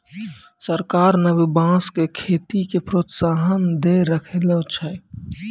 सरकार न भी बांस के खेती के प्रोत्साहन दै रहलो छै